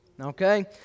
Okay